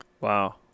wow